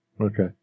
Okay